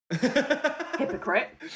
Hypocrite